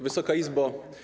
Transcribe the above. Wysoka Izbo!